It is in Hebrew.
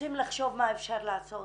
רוצים לחשוב מה אפשר לעשות